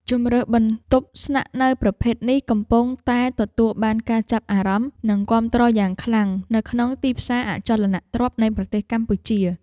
ជម្រើសបន្ទប់ស្នាក់នៅប្រភេទនេះកំពុងតែទទួលបានការចាប់អារម្មណ៍ និងគាំទ្រយ៉ាងខ្លាំងនៅក្នុងទីផ្សារអចលនទ្រព្យនៃប្រទេសកម្ពុជា។